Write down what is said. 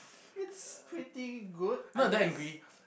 it's pretty good I guess